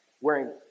wearing